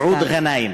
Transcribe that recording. מסעוד גנאים.